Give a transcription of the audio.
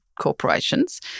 corporations